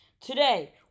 Today